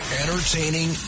Entertaining